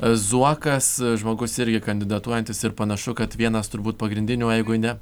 zuokas žmogus irgi kandidatuojantis ir panašu kad vienas turbūt pagrindinių jeigu ne